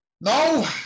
No